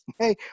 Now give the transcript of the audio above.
okay